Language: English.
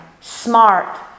smart